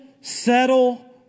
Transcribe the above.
settle